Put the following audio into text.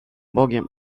bogiem